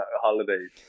holidays